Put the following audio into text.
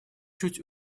чуть